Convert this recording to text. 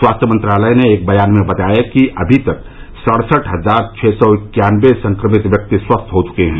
स्वास्थ्य मंत्रालय ने एक बयान में बताया कि अभी तक सड़सठ हजार छः सौ इक्यानबे संक्रमित व्यक्ति स्वस्थ हो चुके हैं